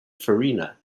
farina